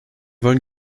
wollen